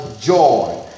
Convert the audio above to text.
joy